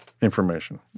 information